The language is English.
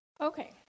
Okay